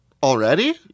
Already